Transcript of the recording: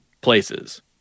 places